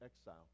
exile